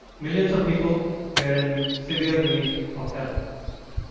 millions of people were in severe need of help.